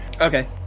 Okay